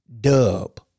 dub